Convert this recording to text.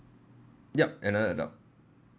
yup another adult